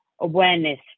awareness